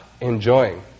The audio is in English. enjoying